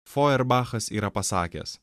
fojerbachas yra pasakęs